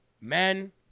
men